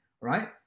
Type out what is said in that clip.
right